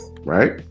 right